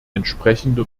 entsprechende